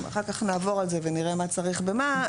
אחר-כך נעבור על זה ונראה מה צריך במה.